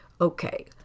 Okay